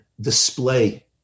display